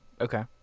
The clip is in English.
Okay